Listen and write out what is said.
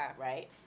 right